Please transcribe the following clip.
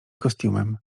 kostiumem